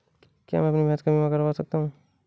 क्या मैं अपनी भैंस का बीमा करवा सकता हूँ?